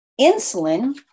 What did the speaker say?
insulin